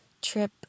trip